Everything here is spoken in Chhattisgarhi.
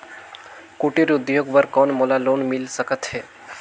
कुटीर उद्योग बर कौन मोला लोन मिल सकत हे?